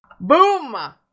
Boom